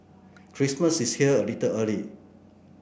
Christmas is here a little early